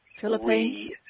Philippines